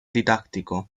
didáctico